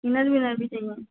inner winner भी चाहिए